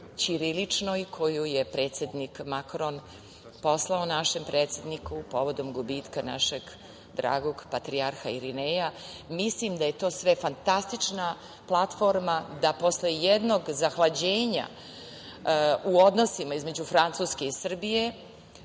ćiriličnoj, koju je predsednik Makron poslao našem predsedniku povodom gubitka našeg dragog patrijarha Irineja. Mislim da je to fantastična platforma da posle jednog zahlađenja u odnosima između Francuske i Srbije